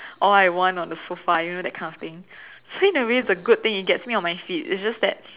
all I want on the sofa you know that kind of thing so in a way it's a good thing it gets me on my feet it's just that